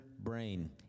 Brain